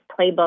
playbook